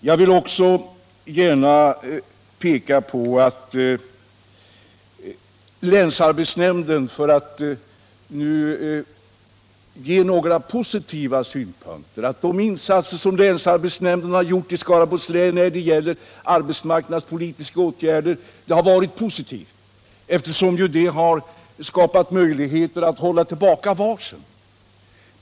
Jag vill också gärna — för att nu ge några positiva synpunkter — peka på att de insatser som länsarbetsnämnden har gjort i Skaraborgs län när det gäller arbetsmarknadspolitiska åtgärder har varit positiva, eftersom de har skapat möjligheter att hålla tillbaka varsel.